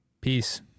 Peace